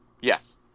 Yes